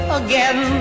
again